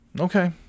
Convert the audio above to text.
Okay